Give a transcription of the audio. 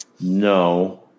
No